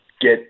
get